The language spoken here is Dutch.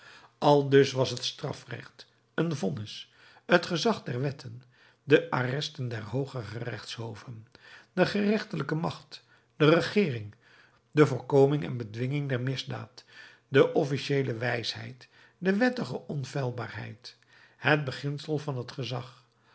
oogen aldus was het strafrecht een vonnis het gezag der wetten de arresten der hooge gerechtshoven de rechterlijke macht de regeering de voorkoming en bedwinging der misdaad de officiëele wijsheid de wettige onfeilbaarheid het beginsel van het gezag